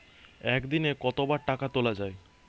একদিনে কতবার টাকা তোলা য়ায়?